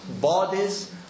bodies